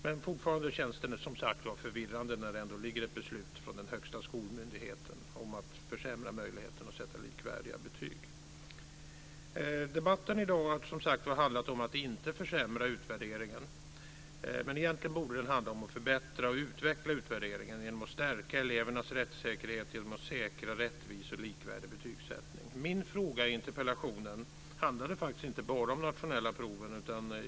Men fortfarande känns det som sagt förvirrande, eftersom det finns ett beslut från den högsta skolmyndigheten om att man ska försämra möjligheten att sätta likvärdiga betyg. Debatten i dag har handlat om att inte försämra utvärderingen, men egentligen borde den handla om att förbättra och utveckla utvärderingen och stärka elevernas rättssäkerhet genom att säkra rättvis och likvärdig betygssättning. Min interpellation handlade faktiskt inte bara om de nationella proven.